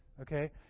Okay